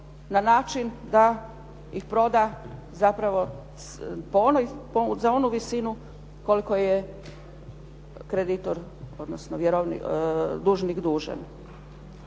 na način da ih proda zapravo za onu visinu koliko je kreditor, odnosno dužnik dužan.